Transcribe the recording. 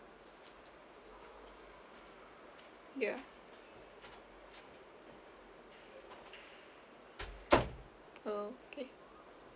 ya okay